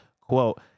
quote